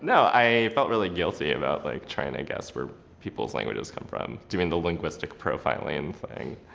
no, i felt really guilty about like, trying to guess where people's languages come from. doing the linguistic profiling and thing.